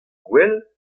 gwell